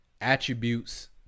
attributes